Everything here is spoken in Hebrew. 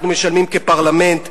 אנחנו משלמים כפרלמנט.